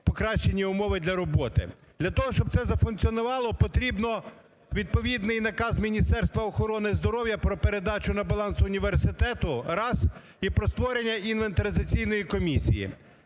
покращенні умови для роботи. Для того, щоб це зафункціонувало, потрібно відповідний наказ Міністерства охорони здоров'я про передачу на баланс університету – раз і про створення інвентаризаційної комісії.